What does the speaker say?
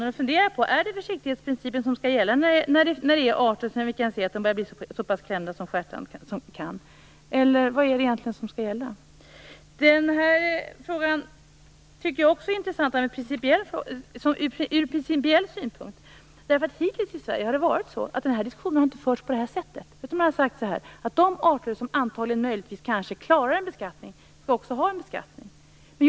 Vi måste fundera på om det är försiktighetsprincipen som skall gälla när arter blir så pass klämda som stjärtanden är. Vad skall egentligen gälla? Frågan är också intressant ur principiell synpunkt. Hittills har diskussionen inte förts på det här sättet i Sverige. Man har sagt att de arter som antagligen, möjligtvis, kanske klarar en beskattning också skall ha det.